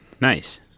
Nice